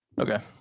Okay